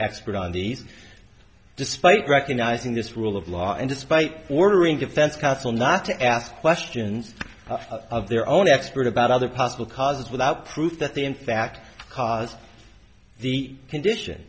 expert on these despite recognizing this rule of law and despite ordering defense counsel not to ask questions of their own expert about other possible causes without proof that they in fact caused the condition